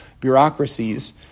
bureaucracies